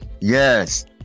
Yes